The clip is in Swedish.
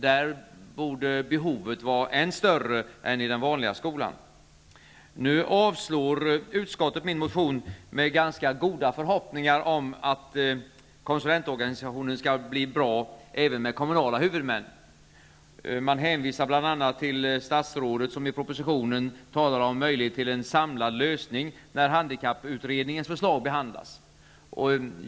Där borde ju behovet vara ännu större än i den vanliga skolan. Nu avstyrker utskottet min motion med ganska goda förhoppningar om att konsulentorganisationen skall bli bra även med kommunala huvudmän. Man hänvisar bl.a. till statsrådet, som i propositionen talar om möjligheter till en samlad lösning när handikapputredningens förslag behandlas.